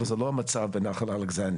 אבל זה לא המצב בנחל אלכסנדר.